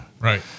Right